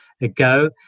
ago